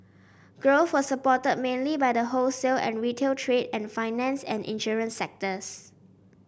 growth was supported mainly by the wholesale and retail trade and finance and insurance sectors